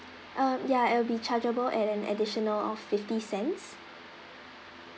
um ya it'll be chargeable at an additional of fifty cents